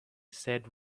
said